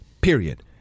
period